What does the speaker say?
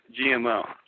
GMO